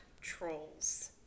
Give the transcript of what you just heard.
trolls